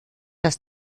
dass